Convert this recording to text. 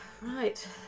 Right